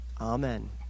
Amen